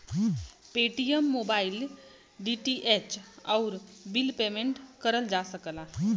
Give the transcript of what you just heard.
Paytm mobile, DTH, आउर bill payment करल जा सकला